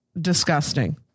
Disgusting